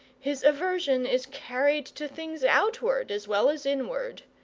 his aversion is carried to things outward as well as inward.